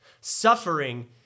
Suffering